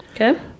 Okay